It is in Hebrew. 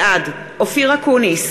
בעד אופיר אקוניס,